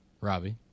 Robbie